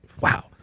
Wow